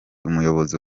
umuyobozi